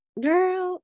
girl